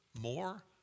more